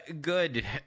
good